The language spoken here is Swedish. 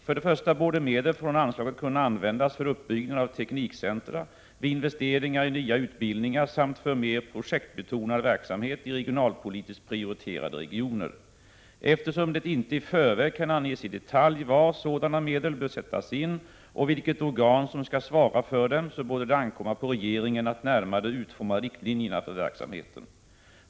För det första borde medel från anslaget kunna användas för uppbyggnad av teknikcentra, vid investeringar i nya utbildningar samt för mer projektbetonad verksamhet i regionalpolitiskt prioriterade regioner. Eftersom det inte i förväg kan anges i detalj var sådana medel bör sättas in och vilket organ som skall svara för dem, så borde det ankomma på regeringen att närmare utforma riktlinjerna för verksamheten.